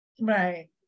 Right